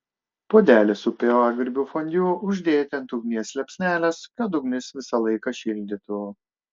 puodelį su pievagrybių fondiu uždėti ant ugnies liepsnelės kad ugnis visą laiką šildytų